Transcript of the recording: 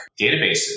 databases